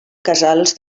casals